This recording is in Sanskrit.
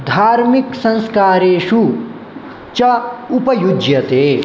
धार्मिक संस्कारेषु च उपयुज्यते